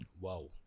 Wow